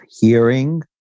hearing